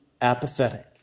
apathetic